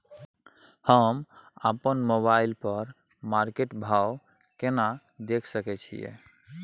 हम अपन मोबाइल पर मार्केट भाव केना देख सकै छिये?